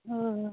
ᱚ